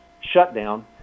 shutdown